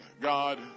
God